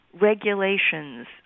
regulations